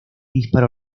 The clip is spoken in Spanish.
disparo